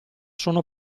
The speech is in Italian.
sono